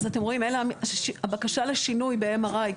אז אתם רואים הבקשה לשינוי ב-MRI,